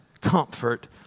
comfort